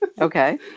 okay